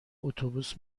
اتوبوس